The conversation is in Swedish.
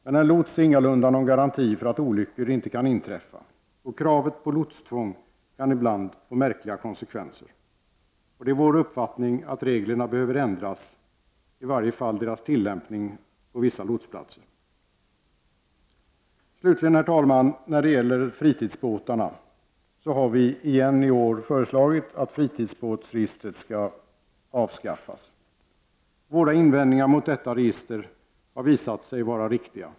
Men en lots är ingalunda någon garanti för att olyckor inte kan inträffa. Kravet på lotstvång kan ibland få märkliga konsekvenser, och det är vår uppfattning att reglerna behöver ändras, i varje fall deras tillämpning på vissa lotsplatser. När det slutligen gäller fritidsbåtarna, herr talman, har vi moderater i år igen föreslagit att fritidsbåtsregistret skall avskaffas. Våra invändningar mot detta register har visat sig vara riktiga.